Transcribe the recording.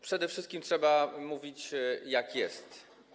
Przede wszystkim trzeba mówić, jak jest.